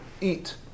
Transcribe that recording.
eat